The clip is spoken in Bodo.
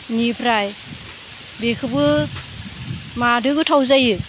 बेनिफ्राय बेखौबो माजों गोथाव जायो